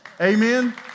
Amen